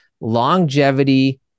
longevity